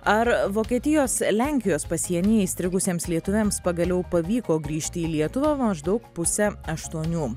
ar vokietijos lenkijos pasienyje įstrigusiems lietuviams pagaliau pavyko grįžti į lietuvą maždaug pusę aštuonių